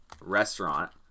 restaurant